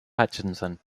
hutchinson